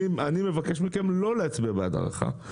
אני מבקש מכם לא להצביע בעד ההארכה.